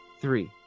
three